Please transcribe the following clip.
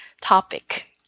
topic